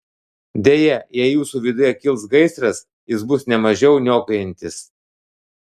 deja jei jūsų viduje kils gaisras jis bus ne mažiau niokojantis